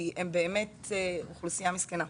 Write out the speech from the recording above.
כי זו באמת אוכלוסייה מסכנה.